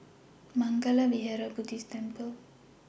Mangala Vihara Buddhist Temple